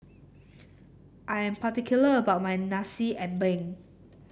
I am particular about my Nasi Ambeng